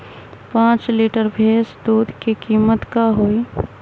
पाँच लीटर भेस दूध के कीमत का होई?